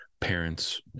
parents